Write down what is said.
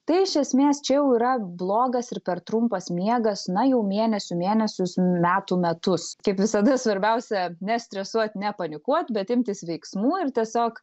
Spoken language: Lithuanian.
tai iš esmės čia jau yra blogas ir per trumpas miegas na jau mėnesių mėnesius metų metus kaip visada svarbiausia nestresuot nepanikuot bet imtis veiksmų ir tiesiog